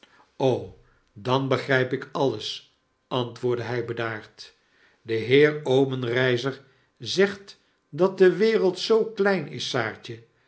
dan begrgp ik alles antwoordde hn bedaard de heer obenreizer zegt dat de wereld zoo klein is saartje